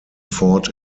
fought